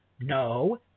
No